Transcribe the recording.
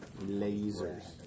Lasers